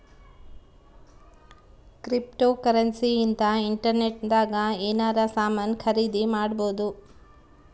cryptocurrency ಇಂದ internet ದಾಗ ಎನಾರ ಸಾಮನ್ ಖರೀದಿ ಮಾಡ್ಬೊದು